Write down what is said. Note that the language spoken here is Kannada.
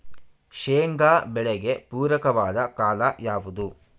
ಶೇಂಗಾ ಬೆಳೆಗೆ ಪೂರಕವಾದ ಕಾಲ ಯಾವುದು?